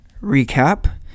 recap